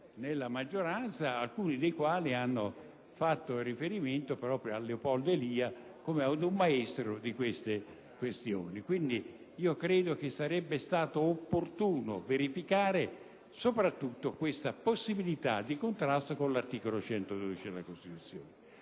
della maggioranza, alcuni dei quali hanno fatto riferimento a Leopoldo Elia come a un maestro di tali questioni. Credo che sarebbe stato opportuno verificare soprattutto questa possibilità di contrasto con l'articolo 112 della Costituzione.